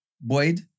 Boyd